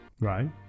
Right